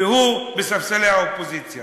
והוא בספסלי האופוזיציה.